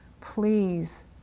please